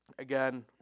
Again